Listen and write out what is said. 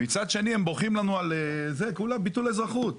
ומצד שני הם בוכים לנו כולו על ביטול אזרחות.